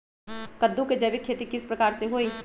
कददु के जैविक खेती किस प्रकार से होई?